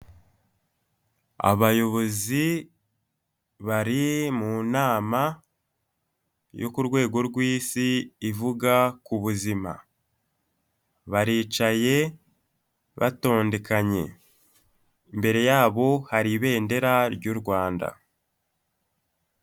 Abayobozi bari mu nama yo ku rwego rw'isi ivuga ku buzima, baricaye batondekanye imbere yabo hari ibendera ry'u Rwanda.